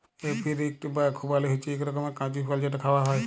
apricot বা খুবালি হছে ইক রকমের কঁচি ফল যেট খাউয়া হ্যয়